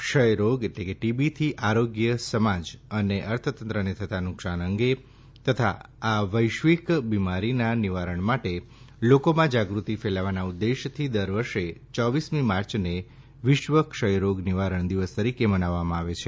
ક્ષયરોગ TB થી આરોગ્ય સમાજ અને અર્થતંત્રને થતાં નુકસાન અંગે તથા આ વૈધિક બિમારીના નિવારણ માટે લાકોમાં જાગૃતિ ફેલાવવાના ઉદેશથી દર વર્ષે ચોવીસમી માર્યને વિશ્વ ક્ષયરોગ નિવારણ દિવસ તરીકે મનાવવામાં આવે છે